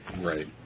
Right